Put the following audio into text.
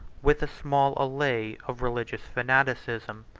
with a small allay of religious fanaticism.